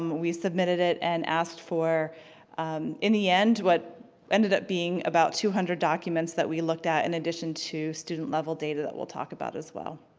we submitted it and asked for in the end, what ended up being about two hundred documents that we looked at in addition to student-level data that we'll talk about as well.